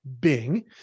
Bing